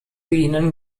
ihnen